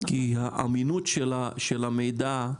כי האמינות של המידע,